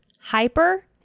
hyper